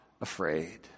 afraid